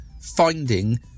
finding